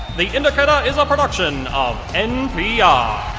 the indicator is a production of npr